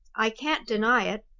i can't deny it,